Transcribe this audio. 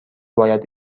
باید